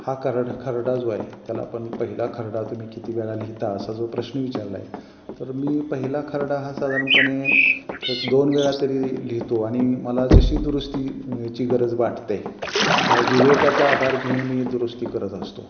हा खरड खरडा जो आहे त्याला पण पहिला खरडा तुम्ही किती वेळा लिहिता असा जो प्रश्न विचारला आहे तर मी पहिला खरडा हा साधारणपणे एक दोन वेळा तरी लिहितो आणि मला जशी दुरुस्तीची गरज वाटते विवेकाचा आधार घेऊन मी दुरुस्ती करत असतो